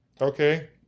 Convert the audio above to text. Okay